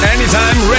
Anytime